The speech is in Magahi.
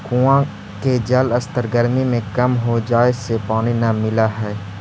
कुआँ के जलस्तर गरमी में कम हो जाए से पानी न मिलऽ हई